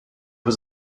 was